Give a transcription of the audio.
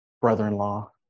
brother-in-law